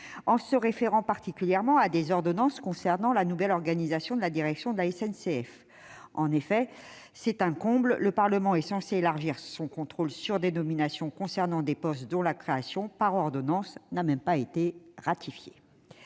avec la référence à des ordonnances concernant la nouvelle organisation de la direction de la SNCF. En effet, le Parlement est censé élargir son contrôle sur des nominations concernant des postes dont la création par ordonnance n'a même pas été ratifiée,